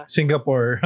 Singapore